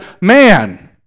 man